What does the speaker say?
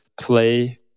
play